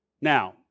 Now